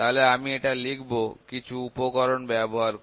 তাহলে আমি এটা লিখব কিছু উপকরণ ব্যবহার করে